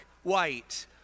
White